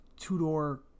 two-door